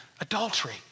adultery